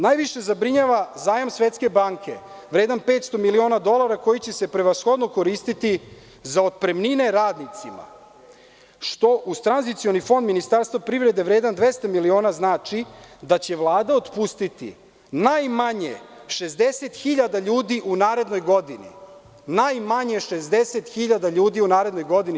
Najviše zabrinjava zajam Svetske banke, vredan 500 miliona dolara, koji će se prevashodno koristiti za otpremnine radnicima, što uz tranzicioni fond Ministarstva privrede vredan 200 miliona znači da će Vlada otpustiti najmanje 60 hiljada ljudi u narednoj godini.